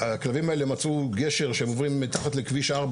הכלבים האלה מצאו גשר שהם עוברים בו מתחת לכביש 4,